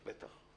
בטח.